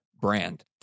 brand